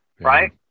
Right